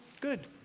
Good